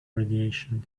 radiation